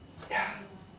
ya